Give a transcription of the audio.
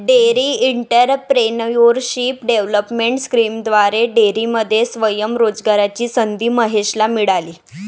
dairy entrepreneurship development स्कीमद्वारे डेअरीमध्ये स्वयं रोजगाराची संधी महेशला मिळाली